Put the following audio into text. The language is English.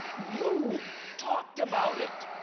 you talked about it.